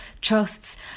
trusts